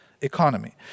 economy